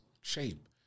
shape